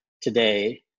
today